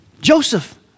Joseph